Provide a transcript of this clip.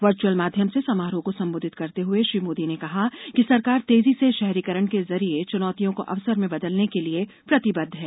virtual माध्यम से समारोह को संबोधित करते हुए श्री मोदी ने कहा कि सरकार तेजी से शहरीकरण के जरिये चुनौतियों को अवसर में बदलने के लिए प्रतिबद्ध है